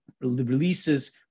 releases